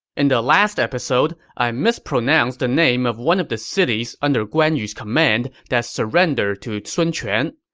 in the last episode, i mispronounced the name of one of the cities under guan yu's command that surrendered to sun quan.